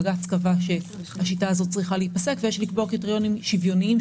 בג"ץ קבע שהשיטה הזאת צריכה להיפסק ויש לקבוע קריטריונים שוויוניים,